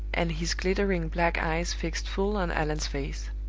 and his glittering black eyes fixed full on allan's face.